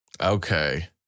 Okay